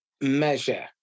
measure